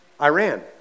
Iran